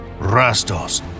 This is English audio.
Rastos